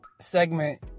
segment